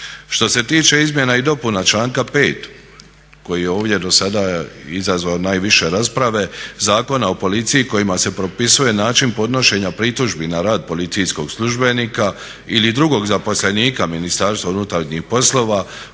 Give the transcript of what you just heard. Što se tiče izmjena i dopuna članka 5. koji je ovdje do sada izazvao najviše rasprave Zakona o policiji kojima se propisuje način podnošenja pritužbi na rad policijskog službenika ili drugog zaposlenika Ministarstva unutarnjih poslova,